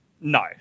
no